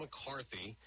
McCarthy